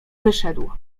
wyszedł